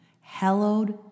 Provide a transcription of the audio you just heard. Hallowed